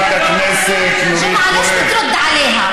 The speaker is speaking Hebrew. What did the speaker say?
אנחנו לא משלמים ארנונה?